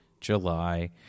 July